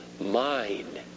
mind